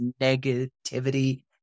negativity